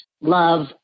love